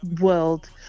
world